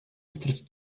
stracić